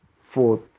Fourth